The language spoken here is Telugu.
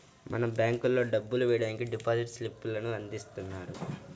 మనం బ్యేంకుల్లో డబ్బులు వెయ్యడానికి డిపాజిట్ స్లిప్ లను అందిస్తున్నారు